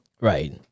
Right